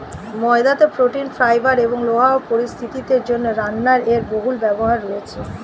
ময়দাতে protein, fibre এবং লোহার উপস্থিতির জন্য রান্নায় এর বহুল ব্যবহার রয়েছে